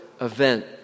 event